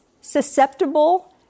susceptible